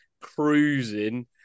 cruising